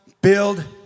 build